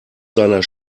seiner